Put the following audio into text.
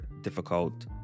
difficult